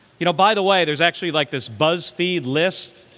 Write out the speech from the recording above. you know, by the way, there's actually like this buzzfeed list